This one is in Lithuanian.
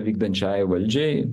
vykdančiajai valdžiai